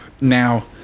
now